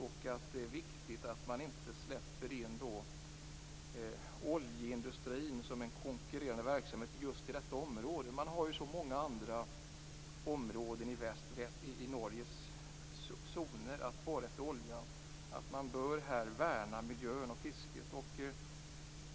Det är därför viktigt att man inte släpper in oljeindustrin som en konkurrerande verksamhet i just detta område. Man har ju så många andra områden i Norges zoner att borra efter olja i. Här bör man värna miljön och fisket.